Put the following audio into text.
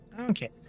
okay